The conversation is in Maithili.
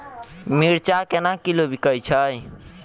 मिर्चा केना किलो बिकइ छैय?